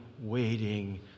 waiting